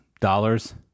dollars